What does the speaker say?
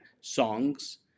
songs